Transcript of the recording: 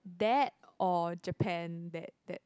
that or Japan that that